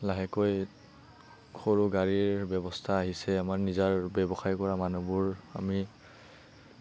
লাহেকৈ সৰু গাড়ীৰ ব্যৱস্থা আহিছে আমাৰ নিজৰ ব্যৱসায় কৰা মানুহবোৰ আমি